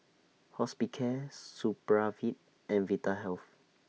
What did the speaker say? Hospicare Supravit and Vitahealth